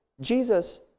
Jesus